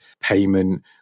payment